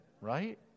Right